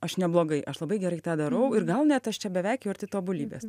aš neblogai aš labai gerai tą darau ir gal net aš čia beveik jau arti tobulybės